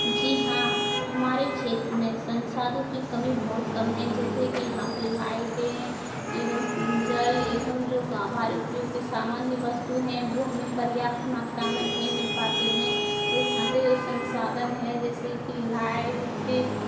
जी हाँ हमारे क्षेत्र में संसाधनों की कमी बहुत कम है जैसे कि यहाँ पे लाइटे हैं एवं जल एवं जो गाँव वालों की सामान्य वस्तु हैं वो हमें पर्याप्त मात्रा में नहीं मिल पाती हैं और यहाँ के जो संसाधन हैं जैसे कि लाइट